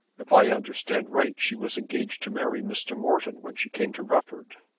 if i understand right she was engaged to marry mr. morton when she came to rufford.